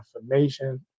information